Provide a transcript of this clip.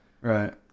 Right